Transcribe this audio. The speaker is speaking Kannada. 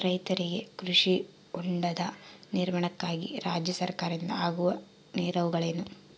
ರೈತರಿಗೆ ಕೃಷಿ ಹೊಂಡದ ನಿರ್ಮಾಣಕ್ಕಾಗಿ ರಾಜ್ಯ ಸರ್ಕಾರದಿಂದ ಆಗುವ ನೆರವುಗಳೇನು?